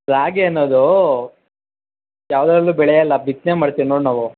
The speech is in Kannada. ರಾಗಿ ಅನ್ನೋದು ಯಾವ್ದ್ಯಾವುದೋ ಬೆಳೆ ಅಲ್ಲ ಬಿತ್ತನೆ ಮಾಡ್ತಿವಿ ನೋಡಿ ನಾವು